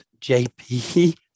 jp